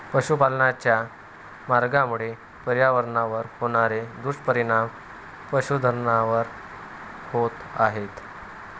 पशुपालनाच्या मार्गामुळे पर्यावरणावर होणारे दुष्परिणाम पशुधनावर होत आहेत